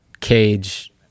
Cage